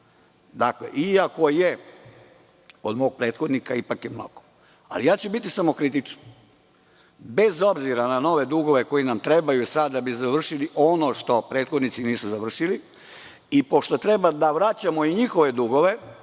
godina. Iako je od mog prethodnika, ipak je mnogo. Biću samokritičan. Bez obzira na nove dugove koji nam trebaju sada da bi završili ono što prethodnici nisu završili i pošto treba da vraćamo i njihove dugove